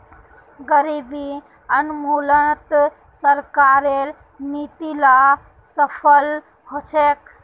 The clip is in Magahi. गरीबी उन्मूलनत सरकारेर नीती ला सफल ह छेक